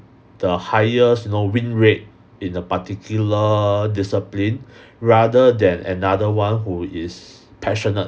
the highest you know win rate in a particular discipline rather than another one who is passionate